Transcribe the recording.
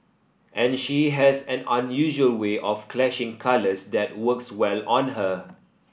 and she has an unusual way of clashing colours that works well on her